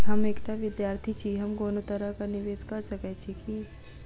हम एकटा विधार्थी छी, हम कोनो तरह कऽ निवेश कऽ सकय छी की?